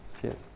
Cheers